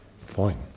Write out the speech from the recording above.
Fine